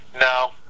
no